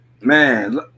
Man